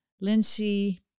Lindsey